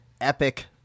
epic